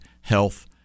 health